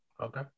Okay